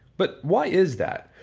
but why is that?